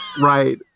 Right